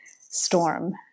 storm